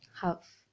half